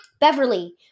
Beverly